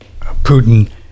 Putin